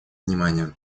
внимания